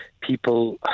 people